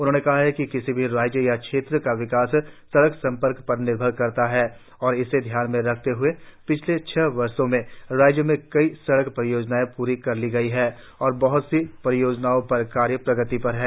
उन्होंने कहा कि किसी भी राज्य या क्षेत्र का विकास सड़क संपर्क पर निर्भर करता है और इसे ध्यान में रखतें हए पिछले छह वर्षो में राज्य में कई सड़क परियोजनाएं प्री कर ली गई है और बहत सी परियोजनाओं पर कार्य प्रगति पर है